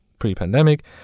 pre-pandemic